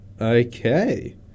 Okay